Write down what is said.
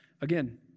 again